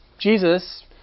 Jesus